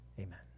Amen